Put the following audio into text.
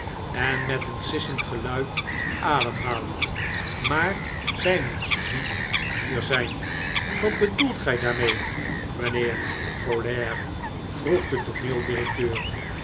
en met een sissend geluid ademhalend maar zij moest niet hier zijn wat bedoelt gij daarmee mijnheer folair vroeg de